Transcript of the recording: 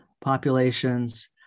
populations